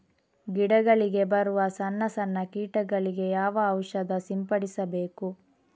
ಗಿಡಗಳಿಗೆ ಬರುವ ಸಣ್ಣ ಸಣ್ಣ ಕೀಟಗಳಿಗೆ ಯಾವ ಔಷಧ ಸಿಂಪಡಿಸಬೇಕು?